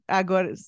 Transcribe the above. agora